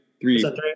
three